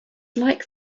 like